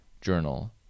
journal